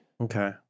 Okay